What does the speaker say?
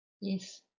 Yes